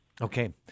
Okay